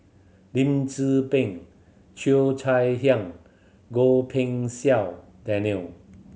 Lim Tze Peng Cheo Chai Hiang Goh Pei Siong Daniel